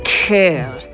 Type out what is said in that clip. care